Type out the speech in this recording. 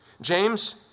James